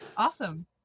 Awesome